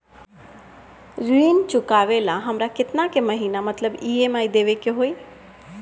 ऋण चुकावेला हमरा केतना के महीना मतलब ई.एम.आई देवे के होई?